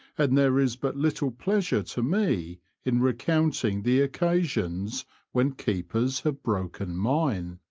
and there is but little pleasure to me in re counting the occasions when keepers have broken mine.